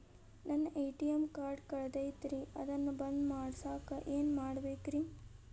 ನನ್ನ ATM card ಕಳದೈತ್ರಿ ಅದನ್ನ ಬಂದ್ ಮಾಡಸಾಕ್ ಏನ್ ಮಾಡ್ಬೇಕ್ರಿ?